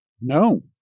No